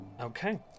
Okay